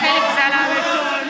חבר הכנסת ביטון,